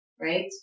right